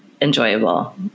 enjoyable